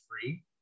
free